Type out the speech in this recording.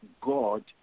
God